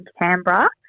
Canberra